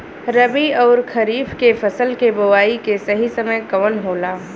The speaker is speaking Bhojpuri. रबी अउर खरीफ के फसल के बोआई के सही समय कवन होला?